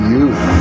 Youth